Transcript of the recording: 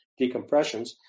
decompressions